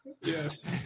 Yes